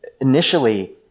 initially